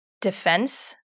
defense